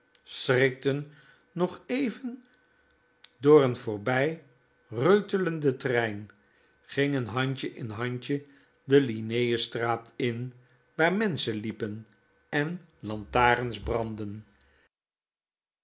schrikten nog even door n voorbij reutlenden trein gingen handje in handje de linnaeusstraat in waar menschen liepen en lantaarns brandden